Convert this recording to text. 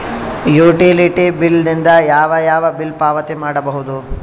Utility bill ದಿಂದ ಯಾವ ಯಾವ ಬಿಲ್ ಪಾವತಿ ಮಾಡಬಹುದು?